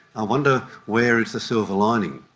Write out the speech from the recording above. i wonder where is the silver lining?